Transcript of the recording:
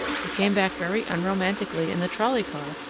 we came back very unromantically in the trolley car,